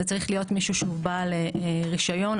צריך להיות בעל רישיון,